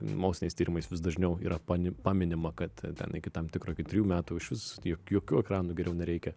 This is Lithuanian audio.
moksliniais tyrimais vis dažniau yra pani paminima kad ten iki tam tikro iki trijų metų iš vis jok jokių ekranų geriau nereikia